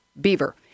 beaver